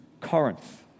Corinth